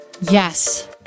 Yes